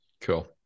Cool